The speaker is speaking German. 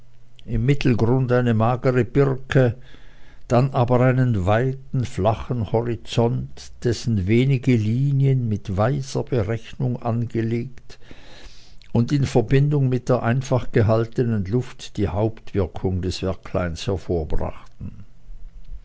im mittelgrunde eine magere birke dann aber einen weiten flachen horizont dessen wenige linien mit weiser berechnung angelegt und in verbindung mit der einfach gehaltenen luft die hauptwirkung des werkleins